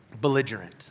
belligerent